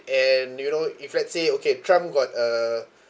and you know if let's say okay trump got uh